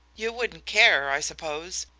you wouldn't care, i suppose,